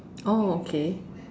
oh okay